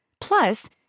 Plus